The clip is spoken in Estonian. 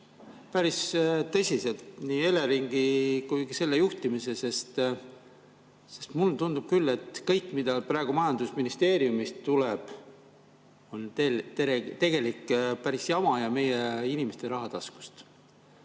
Päris tõsiselt, nii Eleringi kui selle juhtimise. Mulle tundub küll, et kõik, mis praegu majandusministeeriumist tuleb, on tegelikult päris jama ja meie inimeste rahatasku